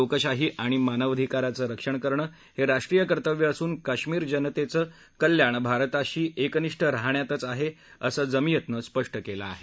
लोकशाही आणि मानवाधिकारांचं संरक्षण करणं हे राष्ट्रीय कर्तव्य असून कश्मिर जनतेचं कल्याण भारताची एकनिष्ठ राहण्यातच आहे असं जमीयतनं स्पष्ट केलं अहे